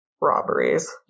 robberies